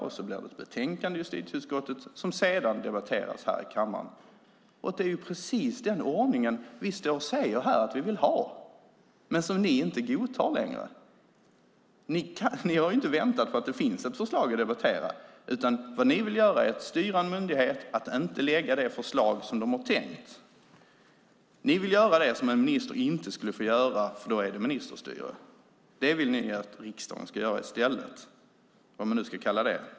Det blir ett betänkande i justitieutskottet som sedan debatteras här i kammaren. Det är precis den ordningen vi säger här att vi vill ha men som ni inte godtar längre. Ni har ju inte väntat på att det finns ett förslag att debattera. Det ni vill göra är att styra en myndighet att inte lägga fram det förslag som de har tänkt. Ni vill göra det som en minister inte skulle få göra, för då är det ministerstyre. Det vill ni att riksdagen ska göra i stället. Vad ska man kalla det?